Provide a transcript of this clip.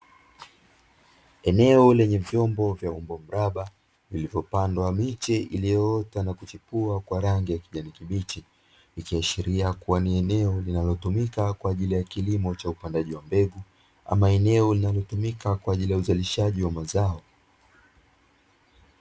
Eneo lenye vyombo vya umbo mraba, vilivyopandwa miche iliyoota na kuchipua kwa rangi ya kijani kibichi, ikiashiria kuwa ni eneo linalotumika kwa ajili ya kilimo cha upandaji wa mbegu, ama eneo linalotumika kwaajili ya uzalishaji wa mazao.